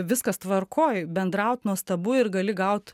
viskas tvarkoj bendraut nuostabu ir gali gaut